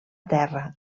terra